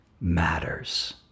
matters